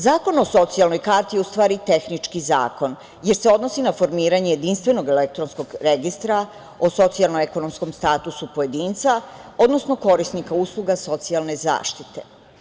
Zakon o socijalnoj karti je u stvari tehnički zakon, jer se odnosi na formiranje jedinstvenog elektronskog registra o socijalno ekonomskom statusu pojedinca, odnosno korisnika usluga socijalne zaštite.